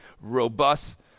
robust